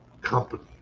company